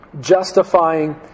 justifying